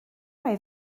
mai